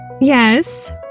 Yes